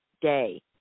day